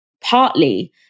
partly